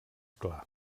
clar